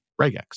regex